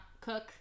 cook